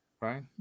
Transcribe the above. right